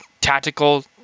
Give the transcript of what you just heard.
tactical